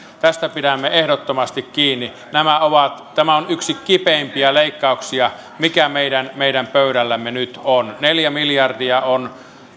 tästä pidämme ehdottomasti kiinni tämä on yksi kipeimpiä leikkauksia joka meidän pöydällämme nyt on neljä miljardia on